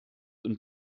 und